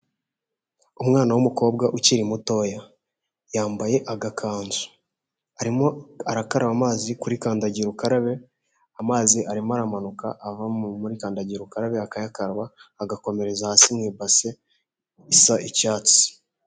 Umwana w'umukobwa ukiri mutoya yambaye agakanzu arimo arakaraba amazi kuri kandagira ukarabe amazi arimo aramanuka ava muri kandagira ukarabe akayakaraba agakomereza hasi m'ibase isa icyatsi.